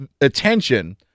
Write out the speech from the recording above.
attention